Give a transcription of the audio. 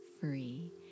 free